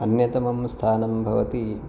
अन्यतमं स्थानं भवति